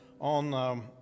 on